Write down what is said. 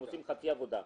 שאתם עושים חצי עבודה.